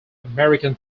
american